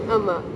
ஆமா:aama